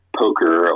poker